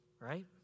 right